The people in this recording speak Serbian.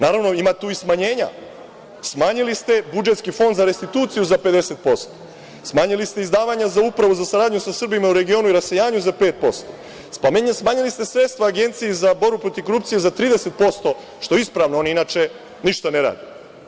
Naravno, ima tu i smanjenja, smanjili ste budžetski fond za restituciju za 50%, smanjili ste izdavanja za Upravu za saradnju sa Srbima u regionu i rasejanju za 5%, smanjili ste sredstva Agenciji za borbu protiv korupcije za 30%, što je ispravno, oni inače ništa ne rade.